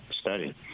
study